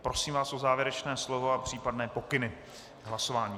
Prosím vás o závěrečné slovo a případné pokyny k hlasování.